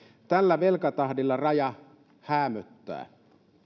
tällä velkatahdilla raja häämöttää